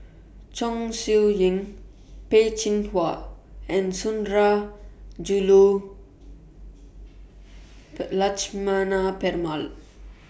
Chong Siew Ying Peh Chin Hua and Sundarajulu Lakshmana